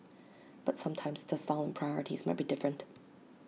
but sometimes the style and priorities might be different